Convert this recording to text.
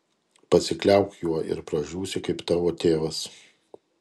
pasikliauk juo ir pražūsi kaip tavo tėvas